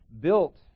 built